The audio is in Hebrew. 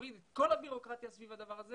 ולהוריד את כל הבירוקרטיה סביב הדבר הזה